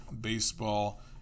baseball